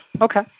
Okay